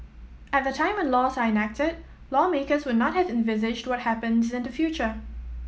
at the time when laws are enacted lawmakers would not have envisaged to what happens in the future